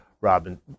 Robin